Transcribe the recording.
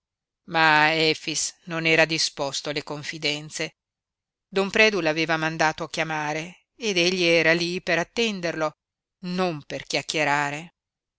ma efix non era disposto alle confidenze don predu l'aveva mandato a chiamare ed egli era lí per attenderlo non per chiacchierare